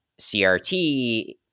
CRT